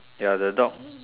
ya the dog